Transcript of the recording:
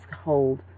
hold